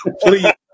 Please